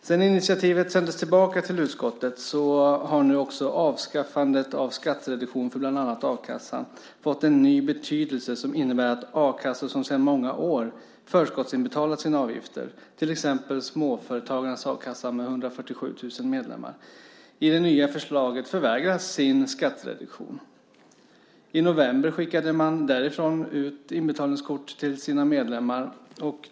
Sedan initiativet sändes tillbaka till utskottet har nu också avskaffandet av skattereduktion för bland annat a-kassan fått en ny betydelse som innebär att a-kassor som sedan många år förskottsinbetalat sina avgifter, till exempel Småföretagarnas a-kassa med 147 000 medlemmar, i det nya förslaget förvägras sin skattereduktion. I november skickade man därifrån ut inbetalningskort till sina medlemmar.